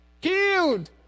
killed